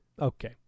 Okay